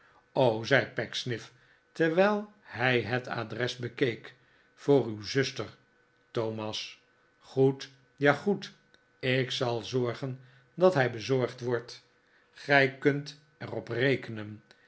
zei pecksniff terwijl hij het adres bekeek voor uw zuster thomas goed ja goed ik zal zorgen dat hij bezorgd wordt gij kunt er op rekenen